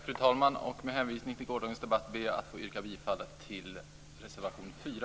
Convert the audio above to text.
Fru talman! Med hänvisning till gårdagens debatt vill jag yrka bifall till reservation 4.